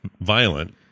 violent